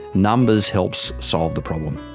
numbers helps solve the problem.